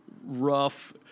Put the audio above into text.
rough